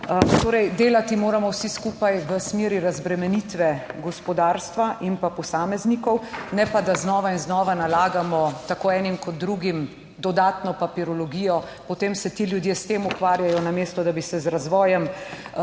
Torej, delati moramo vsi skupaj v smeri razbremenitve gospodarstva in pa posameznikov, ne pa da znova in znova nalagamo, tako enim kot drugim dodatno papirologijo, potem se ti ljudje s tem ukvarjajo, namesto da bi se z razvojem.